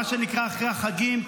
מה שנקרא אחרי החגים,